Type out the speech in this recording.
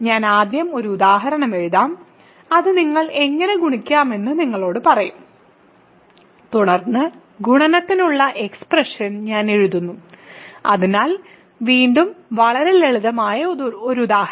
ഞാൻ ആദ്യം ഒരു ഉദാഹരണം എഴുതാം അത് എങ്ങനെ ഗുണിക്കാമെന്ന് നിങ്ങളോട് പറയും തുടർന്ന് ഗുണനത്തിനുള്ള എക്സ്പ്രഷൻ ഞാൻ എഴുതുന്നു അതിനാൽ വീണ്ടും വളരെ ലളിതമായ ഒരു ഉദാഹരണം